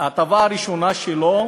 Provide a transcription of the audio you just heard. ההטבה הראשונה שלו,